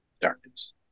darkness